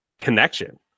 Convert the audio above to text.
connection